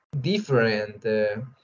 different